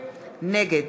נגד